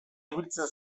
ibiltzen